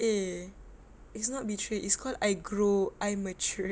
eh it's not betray it's called I grew I matured